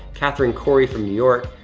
catherine cory from new york.